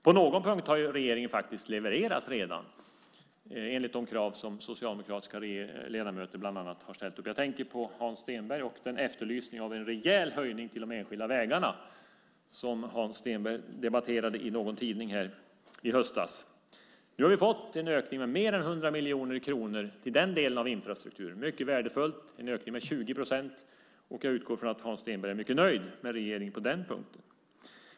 På någon punkt har regeringen faktiskt redan levererat, enligt de krav som bland annat socialdemokratiska ledamöter har ställt. Jag tänker på Hans Stenberg och efterlysningen av en rejäl höjning av anslaget till de enskilda vägarna. Det debatterade ju Hans Stenberg i en tidning i höstas. Nu har vi fått en ökning med mer än 100 miljoner kronor till den delen av infrastrukturen, och det är mycket värdefullt. Det är en ökning med 20 procent. Jag utgår från att Hans Stenberg på den punkten är mycket nöjd med regeringen.